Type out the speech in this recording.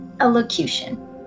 elocution